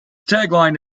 tagline